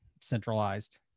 centralized